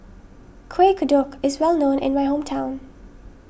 Kueh Kodok is well known in my hometown